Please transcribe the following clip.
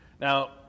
Now